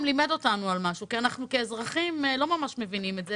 לימד אותנו משהו כי אנחנו כאזרחים לא ממש מבינים את זה.